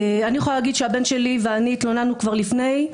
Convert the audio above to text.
אני יכולה להגיד שהבן שלי ואני התלוננו כבר לפני,